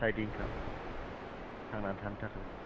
साइद इंकाम थांना थानो थाखाय